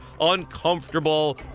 uncomfortable